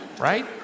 Right